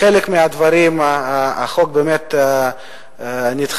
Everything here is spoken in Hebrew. בחלק מהדברים החוק באמת נדחה,